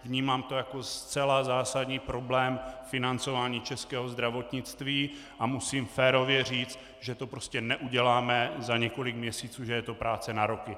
Vnímám to jako zcela zásadní problém financování českého zdravotnictví a musím férově říct, že to neuděláme za několik měsíců, že je to práce na roky.